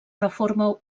reforma